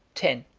ten.